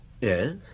Yes